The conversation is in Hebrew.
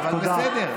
תודה.